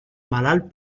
malalt